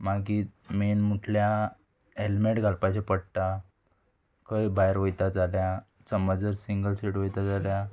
मागीर मेन म्हटल्या हेल्मेट घालपाचें पडटा खंय भायर वयता जाल्या समज जर सिंगल सीट वयता जाल्यार